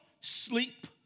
sleep